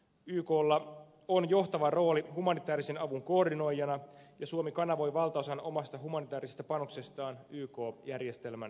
yklla on johtava rooli humanitäärisen avun koordinoijana ja suomi kanavoi valtaosan omasta humanitäärisestä panoksestaan yk järjestelmän kautta